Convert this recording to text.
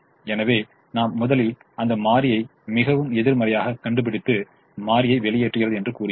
எனவே நாம் முதலில் அந்த மாறியை மிகவும் எதிர்மறையைக் கண்டுபிடித்து மாறி வெளியேறுகிறது என்று கூறுகிறோம்